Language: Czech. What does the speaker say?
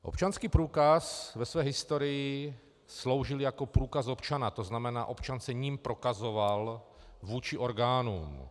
Občanský průkaz ve své historii sloužil jako průkaz občana, to znamená, občan se jím prokazoval vůči orgánům.